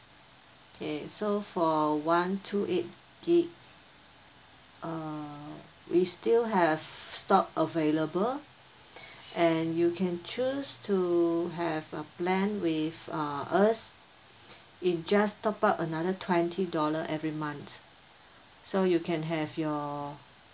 K so for one two eight gig err we still have stock available and you can choose to have a plan with err us you just top up another twenty dollar every month so you can have your